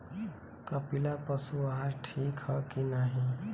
कपिला पशु आहार ठीक ह कि नाही?